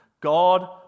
God